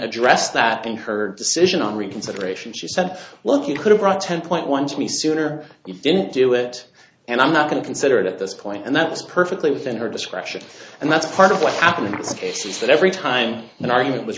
addressed that in her decision on reconsideration she said look you could have brought ten point one to me sooner you didn't do it and i'm not going to consider it at this point and that is perfectly within her discretion and that's part of what happened in its case is that every time an argument was